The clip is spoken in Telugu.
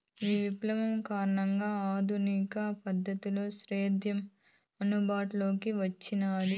ఈ విప్లవం కారణంగా ఆధునిక పద్ధతిలో సేద్యం అందుబాటులోకి వచ్చినాది